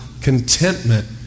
contentment